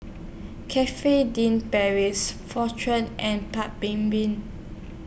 Cafe Din Paris Fortune and Paik's Bibim